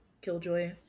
killjoy